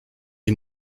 est